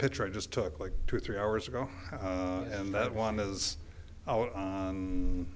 picture i just took like two or three hours ago and that one is